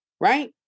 Right